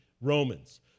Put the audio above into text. Romans